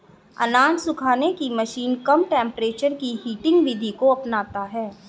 अनाज सुखाने की मशीन कम टेंपरेचर की हीटिंग विधि को अपनाता है